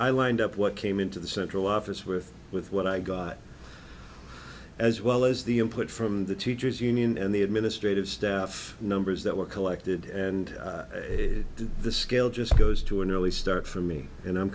lined up what came into the central office with with what i got as well as the input from the teachers union and the administrative staff numbers that were collected and the scale just goes to an early start for me and i'm